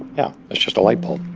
yeah. it's just a light bulb,